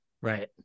Right